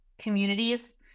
communities